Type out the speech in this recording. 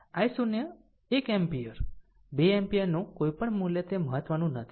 I0 1 ampere 2 એમ્પીયરનું કોઈપણ મૂલ્ય તે મહત્વનું નથી